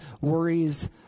worries